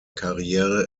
karriere